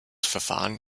verfahren